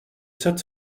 sept